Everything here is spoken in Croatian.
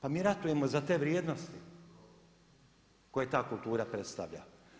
Pa mi ratujemo za te vrijednosti koje ta kultura predstavlja.